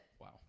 Wow